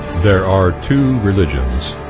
there are two religions,